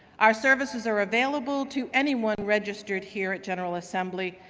our services are available to anyone registered here at general assembly,